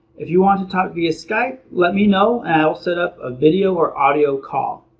if you want to talk via skype, let me know and i will set up a video or audio call.